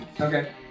Okay